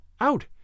out